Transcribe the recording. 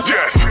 Yes